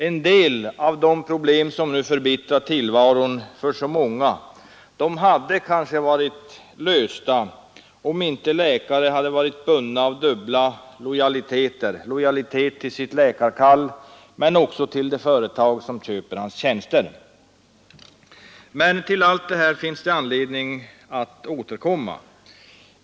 En del av de problem som nu förbittrar tillvaron för så många hade kanske varit lösta, om inte läkaren varit bunden av dubbla lojaliteter, dvs. lojaliteten till sitt läkarkall men också lojaliteten till det företag som köper hans tjänster. Till allt detta finns emellertid anledning att återkomma.